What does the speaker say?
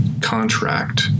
contract